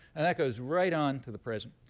and that goes right on to the present.